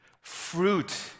fruit